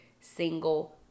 single